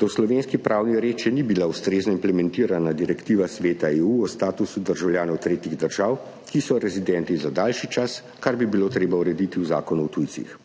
da v slovenski pravni red še ni bila ustrezno implementirana Direktiva Sveta o statusu državljanov tretjih držav, ki so rezidenti za daljši čas, kar bi bilo treba urediti v Zakonu o tujcih.